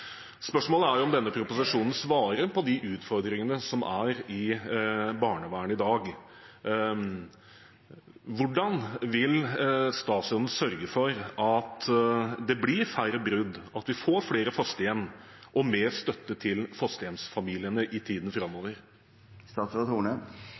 Spørsmålet er om denne proposisjonen svarer på de utfordringene som er i barnevernet i dag. Hvordan vil statsråden sørge for at det blir færre brudd, og at vi får flere fosterhjem og mer støtte til fosterhjemsfamiliene i tiden